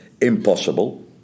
impossible